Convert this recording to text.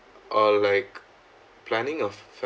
or like planning of